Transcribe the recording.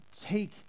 take